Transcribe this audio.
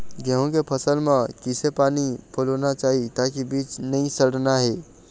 गेहूं के फसल म किसे पानी पलोना चाही ताकि बीज नई सड़ना ये?